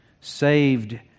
saved